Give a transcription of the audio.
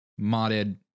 modded